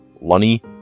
lunny